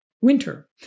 winter